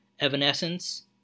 Evanescence